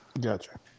Gotcha